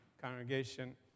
congregation